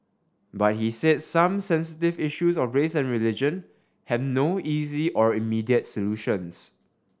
but he said some sensitive issues of race and religion have no easy or immediate solutions